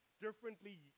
differently